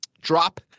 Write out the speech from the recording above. drop